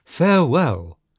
Farewell